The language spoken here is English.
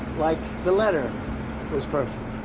like the letter was perfect,